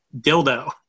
dildo